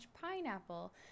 pineapple